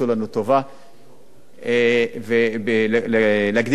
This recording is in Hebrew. להגדיל את הקצבאות של הקשישים מקבלי הבטחת הכנסה.